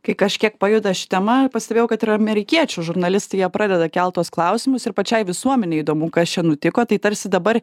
kai kažkiek pajuda ši tema pastebėjau kad ir amerikiečių žurnalistai jie pradeda kelt tuos klausimus ir pačiai visuomenei įdomu kas čia nutiko tai tarsi dabar